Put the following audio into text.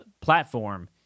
platform